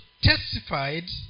testified